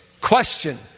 Question